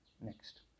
Next